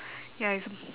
ya it's a